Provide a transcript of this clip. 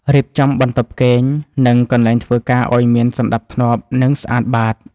រៀបចំបន្ទប់គេង និងកន្លែងធ្វើការឱ្យមានសណ្ដាប់ធ្នាប់ និងស្អាតបាត។